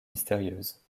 mystérieuse